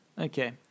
Okay